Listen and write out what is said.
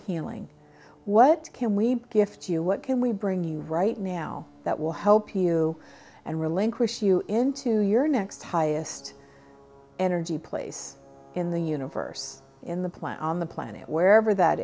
healing what can we give to you what can we bring you right now that will help you and relinquish you into your next highest energy place in the universe in the planet on the planet wherever that